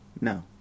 No